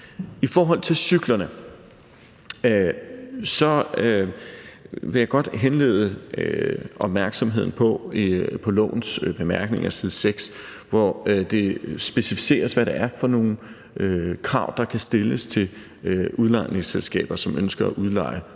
I forhold til cyklerne vil jeg godt henlede opmærksomheden på lovens bemærkninger, side 6, hvor det specificeres, hvad det er for nogle krav, der kan stilles til udlejningsselskaber, som ønsker at udleje